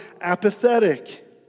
apathetic